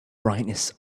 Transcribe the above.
brightness